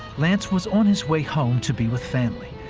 lance was on his way home to be with family.